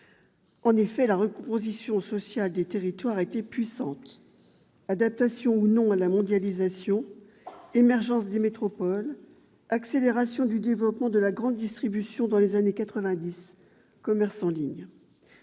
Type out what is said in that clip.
En effet, la recomposition sociale des territoires a été puissante : adaptation ou non à la mondialisation, émergence des métropoles, accélération du développement de la grande distribution dans les années quatre-vingt-dix, commerce en ligne